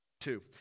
Two